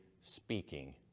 speaking